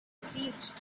ceased